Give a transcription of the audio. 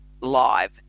live